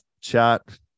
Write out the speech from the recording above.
chat